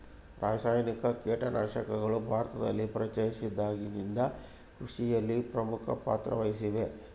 ರಾಸಾಯನಿಕ ಕೇಟನಾಶಕಗಳು ಭಾರತದಲ್ಲಿ ಪರಿಚಯಿಸಿದಾಗಿನಿಂದ ಕೃಷಿಯಲ್ಲಿ ಪ್ರಮುಖ ಪಾತ್ರ ವಹಿಸಿವೆ